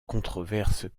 controverse